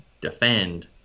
defend